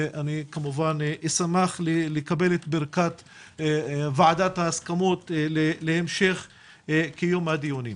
אשמח לקבל את ברכת ועדת ההסכמות להמשך קיום הדיונים.